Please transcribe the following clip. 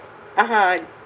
(uh huh)